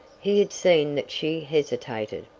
he had seen that she hesitated.